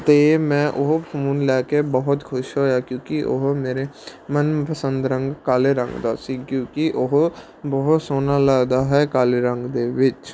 ਅਤੇ ਮੈਂ ਉਹ ਫੋਨ ਲੈ ਕੇ ਬਹੁਤ ਖੁਸ਼ ਹੋਇਆ ਕਿਉਂਕਿ ਉਹ ਮੇਰੇ ਮਨਪਸੰਦ ਰੰਗ ਕਾਲੇ ਰੰਗ ਦਾ ਸੀ ਕਿਉਂਕਿ ਉਹ ਬਹੁਤ ਸੋਹਣਾ ਲੱਗਦਾ ਹੈ ਕਾਲੇ ਰੰਗ ਦੇ ਵਿੱਚ